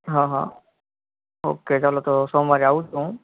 હા હા ઓકે ચાલો તો સોમવારે આવું જ છું હું